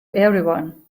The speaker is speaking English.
everyone